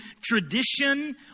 tradition